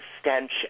stench